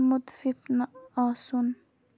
مُتفِف نہٕ آسُن